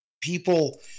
people